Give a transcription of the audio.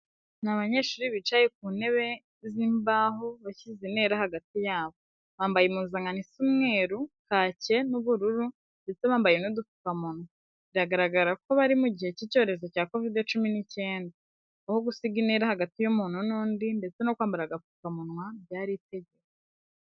Ni abanyeshuri bicaye ku ntebe z'imbaho bashyize intera hagati yabo, bambaye impuzankano isa umweru, kake n'ubururu ndetse bambaye n'udupfukamunwa. Biragaragara ko bari mu gihe cy'icyorezo cya Kovide cumi n'icyenda, aho gusiga intera hagati y'umuntu n'undi ndetse no kwambara agapfukamunwa byari itegeko.